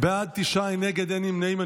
בעד, תשעה, אין נגד, אין נמנעים.